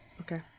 Okay